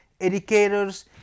educators